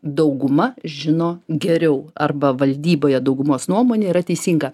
dauguma žino geriau arba valdyboje daugumos nuomonė yra teisinga